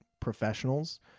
professionals